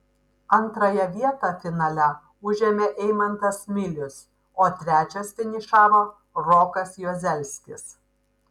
antrąją vietą finale užėmė eimantas milius o trečias finišavo rokas juozelskis